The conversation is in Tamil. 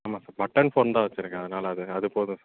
ஆமாம் சார் பட்டன் ஃபோன் தான் வச்சிருக்கேன் அதனால அது அது போதும் சார்